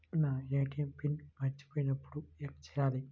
నా ATM PIN మర్చిపోయినప్పుడు ఏమి చేయాలి?